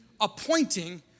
appointing